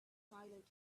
silent